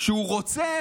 שהוא רוצה